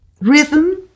rhythm